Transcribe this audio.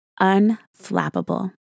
unflappable